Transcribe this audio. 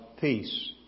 Peace